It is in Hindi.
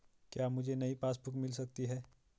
क्या मुझे नयी पासबुक बुक मिल सकती है?